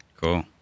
Cool